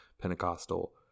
pentecostal